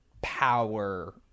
power